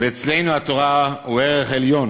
ואצלנו התורה היא ערך עליון,